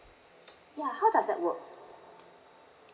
ya how does that work